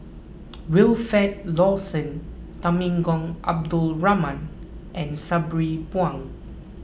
Wilfed Lawson Temenggong Abdul Rahman and Sabri Buang